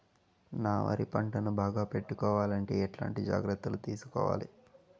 నా వరి పంటను బాగా పెట్టుకోవాలంటే ఎట్లాంటి జాగ్రత్త లు తీసుకోవాలి?